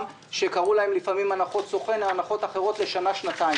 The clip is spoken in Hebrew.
שקראו להן לפעמים הנחות סוכן או הנחות אחרות לשנה-שנתיים.